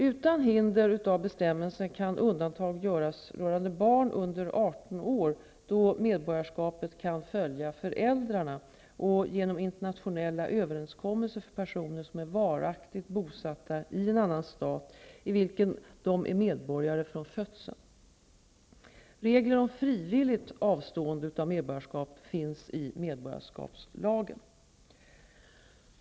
Utan hinder av bestämmelsen kan undantag göras rörande barn under 18 år då medborgarskapet kan följa föräldrarna och genom internationella överenskommelser för personer som är varaktigt bosatta i en annan stat i vilken de är medborgare från födseln. Regler om frivilligt avstående av medborgarskap finns i medborgarskapslagen.